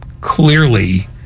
clearly